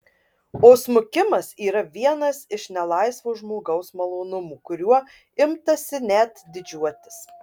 o smukimas yra vienas iš nelaisvo žmogaus malonumų kuriuo imtasi net didžiuotis